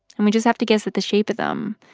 and we just have to guess at the shape of them,